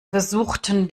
versuchten